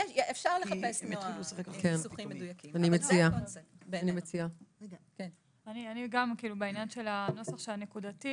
אני גם לא הבנתי מה "נקודתי"